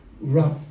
wrap